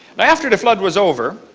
after the flood was over,